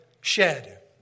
shed